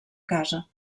casa